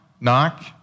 knock